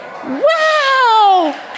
Wow